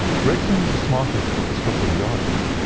gregson is the smartest of the scotland yarders,